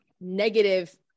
negative